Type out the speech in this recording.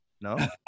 No